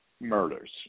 murders